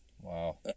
Wow